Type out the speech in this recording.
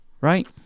right